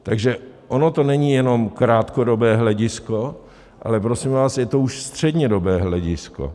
Takže ono to není jenom krátkodobé hledisko, ale prosím vás, je to už střednědobé hledisko.